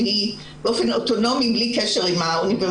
שעושה את הסקרים שלה באופן אוטונומי ובלי קשר לאוניברסיטאות,